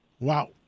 Wow